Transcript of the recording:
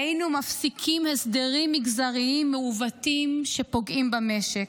והיינו מפסיקים הסדרים מגזריים מעוותים שפוגעים במשק,